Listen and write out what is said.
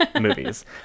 movies